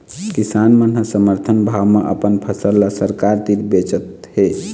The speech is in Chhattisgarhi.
किसान मन ह समरथन भाव म अपन फसल ल सरकार तीर बेचत हे